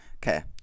Okay